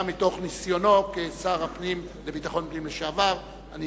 גם מתוך ניסיונו כשר לביטחון פנים לשעבר, ואני